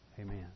Amen